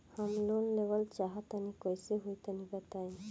हम लोन लेवल चाहऽ तनि कइसे होई तनि बताई?